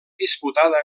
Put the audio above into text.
disputada